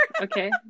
Okay